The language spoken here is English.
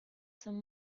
some